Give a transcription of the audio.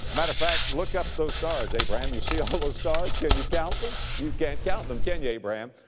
matter of fact, look up at those stars, abraham, you see ah all those stars, can you count them, you can't count them, can you, abraham?